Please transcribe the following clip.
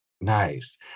Nice